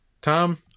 Tom